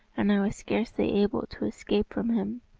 and i was scarcely able to escape from him.